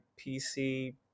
PC